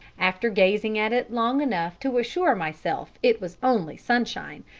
after gazing at it long enough to assure myself it was only sunshine,